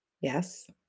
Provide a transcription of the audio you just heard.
yes